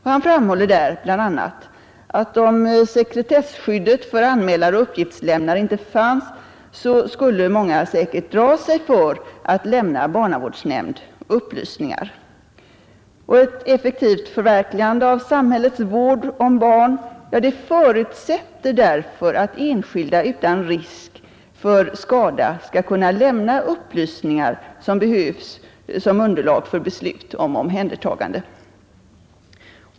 Han framhåller där bl.a. att om sekretesskyddet för anmälare och uppgiftslämnare inte fanns, så skulle många säkert dra sig för att lämna barnavårdsnämnd upplysningar samt att ett effektivt förverkligande av samhällets vård förutsätter att enskilda utan risk skall kunna lämna de upplysningar som behövs som underlag för beslut om omhändertagande.